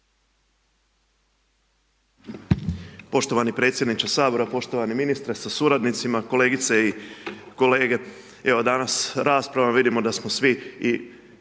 Poštovani predsjedniče Sabora, poštovani ministre s suradnicima, kolegice i kolege. Evo, danas rasprava, vidimo da smo svi i